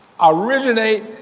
originate